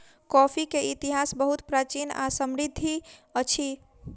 coffee के इतिहास बहुत प्राचीन आ समृद्धि अछि